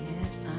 yes